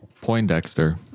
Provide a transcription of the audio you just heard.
Poindexter